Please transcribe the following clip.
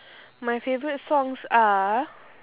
my favorite songs are